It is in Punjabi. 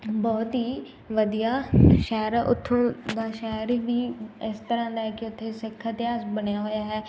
ਬਹੁਤ ਹੀ ਵਧੀਆ ਸ਼ਹਿਰ ਉੱਥੋਂ ਦਾ ਸ਼ਹਿਰ ਵੀ ਇਸ ਤਰ੍ਹਾਂ ਲੈ ਕੇ ਉੱਥੇ ਸਿੱਖ ਇਤਿਹਾਸ ਬਣਿਆ ਹੋਇਆ ਹੈ